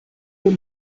nur